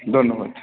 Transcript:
ধন্যবাদ